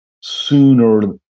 sooner